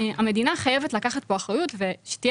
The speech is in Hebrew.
המדינה חייבת לקחת כאן אחריות ושתהיה